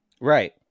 Right